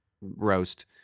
roast